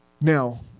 Now